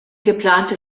geplante